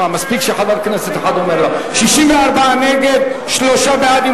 64 נגד, שלושה בעד.